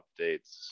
updates